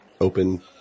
open